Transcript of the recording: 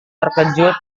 terkejut